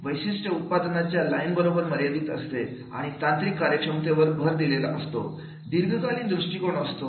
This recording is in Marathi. वैशिष्ट्ये उत्पादनाच्या लाईन बरोबर मर्यादित असते आणि तांत्रिक कार्यक्षमतेवर भर दिलेला असतो दीर्घकालीन दृष्टीकोन असतो